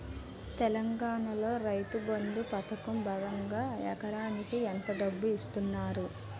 తెలంగాణలో రైతుబంధు పథకం భాగంగా ఎకరానికి ఎంత డబ్బు ఇస్తున్నారు?